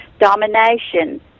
domination